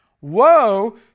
woe